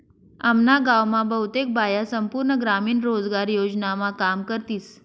आम्ना गाव मा बहुतेक बाया संपूर्ण ग्रामीण रोजगार योजनामा काम करतीस